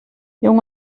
jung